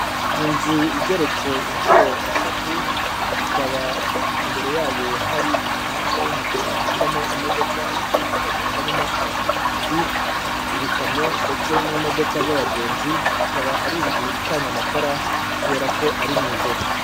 Inzu igeretse inshuro eshatu ikaba imbere yayo hari umuhanda w'umukara ucamo imodoka zitandukanye harimo amapikipiki, ibikamyo ndetse n'imodoka z'abagenzi ikaba ari inzu icanye amatara kubera ko ari mu ijoro.